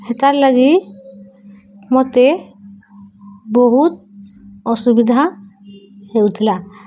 ହେତାର୍ ଲାଗି ମୋତେ ବହୁତ ଅସୁବିଧା ହେଉଥିଲା